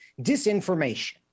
disinformation